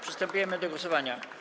Przystępujemy do głosowania.